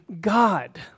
God